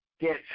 get